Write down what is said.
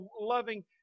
loving